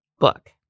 Book